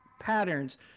patterns